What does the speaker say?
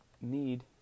need